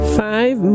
five